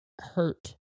hurt